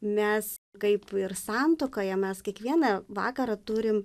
mes kaip ir santuokoje mes kiekvieną vakarą turim